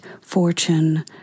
fortune